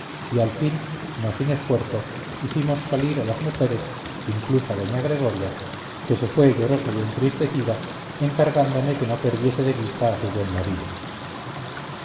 y al fin no sin esfuerzo hicimos salir a las mujeres inclusa doña gregoria que se fue llorosa y entristecida encargándome que no perdiese de vista a su buen marido